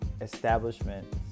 establishment